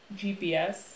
GPS